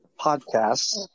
podcasts